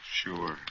sure